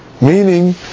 meaning